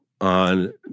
on